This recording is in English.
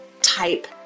type